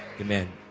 Amen